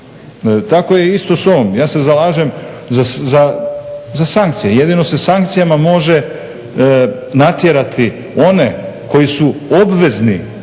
Tako je isto s ovim, ja se zalažem za sankcije. Jedino se sankcijama može natjerati one koji su obvezni,